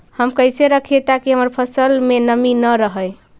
हम कैसे रखिये ताकी हमर फ़सल में नमी न रहै?